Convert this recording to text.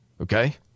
Okay